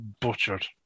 butchered